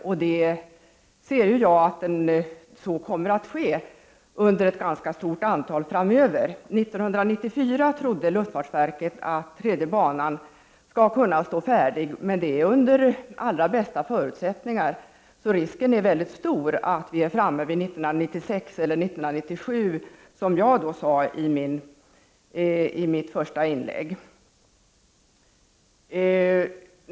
Och så kommer ju att ske under ett ganska stort antal år. Luftfartsverket tror att en tredje bana skall kunna stå färdig 1994. Men det är under de allra bästa förutsättningarna. Risken är därför stor att det dröjer till 1996 eller 1997, vilket jag sade i mitt första inlägg.